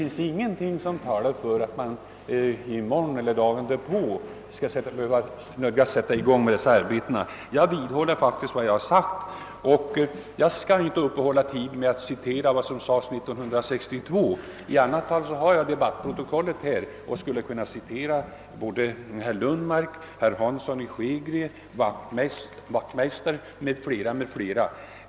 Jag vidhåller vad jag sagt om det som skedde 1962 och skall inte ta upp tid med några citat, även om jag har debattprotokollet här och skulle kunna citera både herr Lundmark, herr Hansson i Skegrie, herr Wachtmeister och andra.